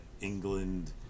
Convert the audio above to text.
England